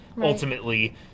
ultimately